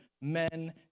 men